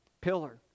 Pillar